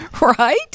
right